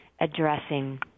addressing